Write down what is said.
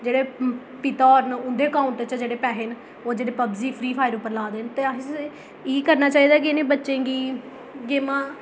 जेह्ड़े पिता होर न उं'दे कौंट च जेह्ड़े पैहे न ओह् जेह्ड़े पबजी फ्री फायर पर ला दे न ते असें इ'यै करना चाहिदा कि इ'नें बच्चें गी गेमां